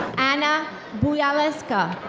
anna bujalska.